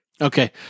Okay